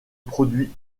produit